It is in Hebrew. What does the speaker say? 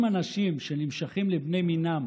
אם אנשים שנמשכים לבני מינם